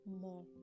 more